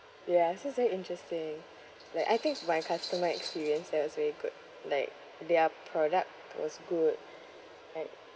yes it's just very interesting like I think my customer experience there was really good like their product was good and